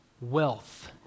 wealth